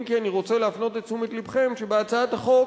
אם כי אני רוצה להפנות את תשומת לבכם שבהצעת החוק